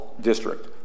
district